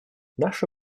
наша